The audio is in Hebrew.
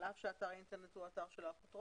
על אף שאתר האינטרנט הוא אתר של האפוטרופוס.